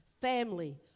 family